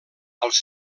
als